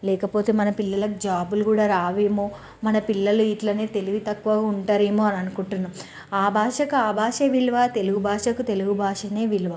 లేకపోతే మన పిల్లలకు జాబులు కూడా రావేమో మన పిల్లలు ఇట్లనే తెలివితక్కువ ఉంటారేమో అని అనుకుంటున్నాం ఆ భాషకు ఆ భాషే విలువ తెలుగు భాషకు తెలుగు భాషనే విలువ